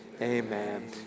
Amen